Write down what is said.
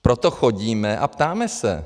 Proto chodíme a ptáme se.